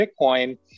Bitcoin